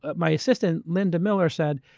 ah my assistant linda miller said,